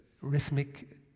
rhythmic